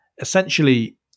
essentially